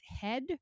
head